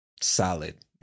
solid